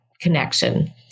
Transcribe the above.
connection